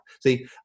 See